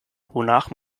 wonach